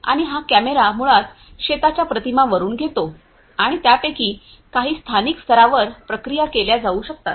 आणि हा कॅमेरा मुळात शेताच्या प्रतिमा वरुन घेतो आणि त्यापैकी काही स्थानिक स्तरावर प्रक्रिया केल्या जाऊ शकतात